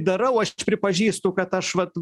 darau aš pripažįstu kad aš vat